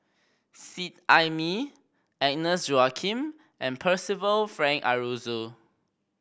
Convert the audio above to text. Seet Ai Mee Agnes Joaquim and Percival Frank Aroozoo